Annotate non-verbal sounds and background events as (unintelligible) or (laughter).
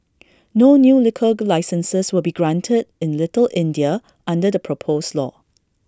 (noise) no new liquor (unintelligible) licences will be granted in little India under the proposed law